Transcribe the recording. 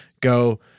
Go